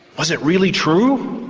was it really true?